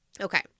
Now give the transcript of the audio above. Okay